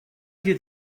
you